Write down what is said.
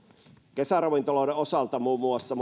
kesäravintoloiden osalta muun muassa